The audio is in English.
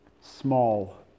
small